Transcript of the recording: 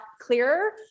clearer